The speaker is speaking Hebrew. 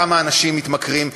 כמה אנשים מתמכרים,